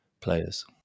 players